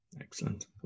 Excellent